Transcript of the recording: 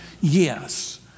Yes